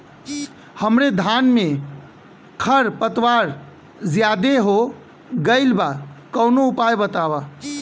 हमरे धान में खर पतवार ज्यादे हो गइल बा कवनो उपाय बतावा?